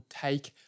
take